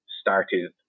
started